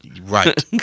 Right